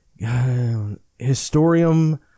Historium